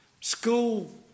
school